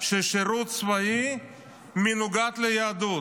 ששירות צבאי מנוגד ליהדות.